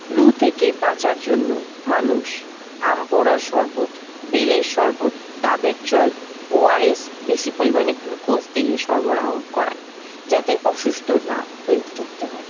লু থেকে বাঁচার জন্য মানুষ আমপোড়ার শরবত বেলের শরবত ডাবের জল ওআরএস বেশি পরিমাণে গ্লুকোজ দেহে সরবরাহ করায় যাতে অসুস্থ হয়ে না পড়তে হয়